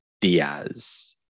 Diaz